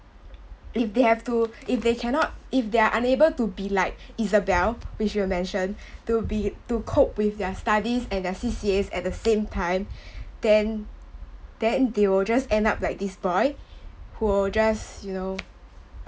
if they have to if they cannot if they are unable to be like Isabelle which you have mentioned to be to cope with their studies and their C_C_As at the same time then then they will just end up like this boy who just you know